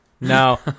No